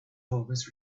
always